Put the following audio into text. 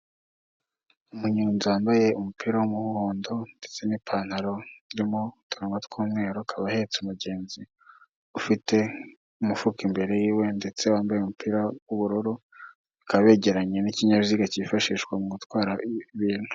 Umunyozi wambaye umupira w'umuhondo ndetse n'ipantaro irimo utubara tw'umweru, akaba ahetse umugenzi ufite umufuka imbere yiwe ndetse wambaye umupira w'ubururu bakaba begeranye n'ikinyabiziga cyifashishwa mu gutwara ibintu.